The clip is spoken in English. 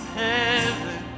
heaven